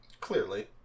Clearly